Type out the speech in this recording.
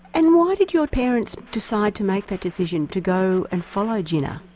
and why did your patents decide to make that decision to go and follow jinnah?